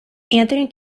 anthony